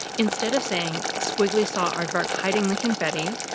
instead of saying, squiggly saw aardvark hiding the confetti,